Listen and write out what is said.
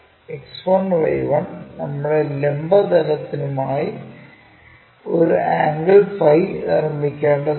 X1Y1 നമ്മുടെ ലംബ തലത്തിനുമായി ഒരു ആംഗിൾ 𝝫 നിർമ്മിക്കേണ്ടതുണ്ട്